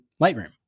Lightroom